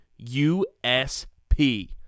USP